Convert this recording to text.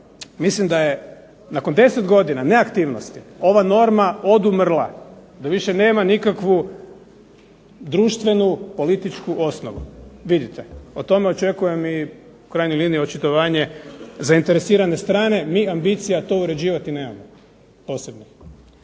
Mislim da je nakon 10 godina neaktivnosti ova norma odumirala, da više nema nikakvu društvenu, političku osnovu. Vidite. O tome očekujem u krajnjoj liniji očitovanje zainteresirane strane. Mi ambicija to uređivati nemamo, posebno.